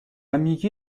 میگی